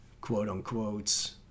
quote-unquote